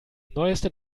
neueste